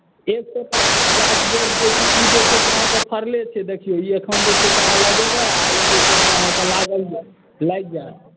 एक सए टाकामे गाछ देब जे ई जे छै से अहाँके फड़ले छै देखियौ ई एखन जे छै से अहाँ लगेबै आ ई जे छै से अहाँके लागि जायत